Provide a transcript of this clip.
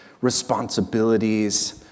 responsibilities